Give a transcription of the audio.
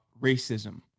racism